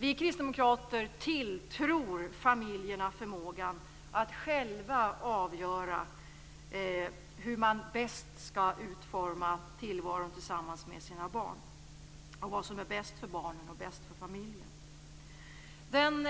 Vi kristdemokrater tilltror familjerna förmågan att själva avgöra hur de bäst skall utforma tillvaron tillsammans med sina barn, och vad som är bäst för barnen och familjen. Den